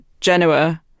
Genoa